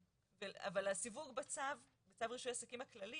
אבל, הסיווג בצו רישוי העסקים הכללי